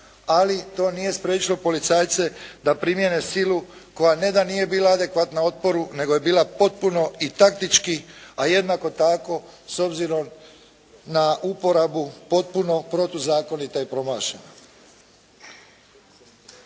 Ali to nije spriječilo policajce da primijene silu koja ne da nije bila adekvatna otporu, nego je bila potpuno i taktički, a jednako tako s obzirom na uporabu potpuno protuzakonita i promašena.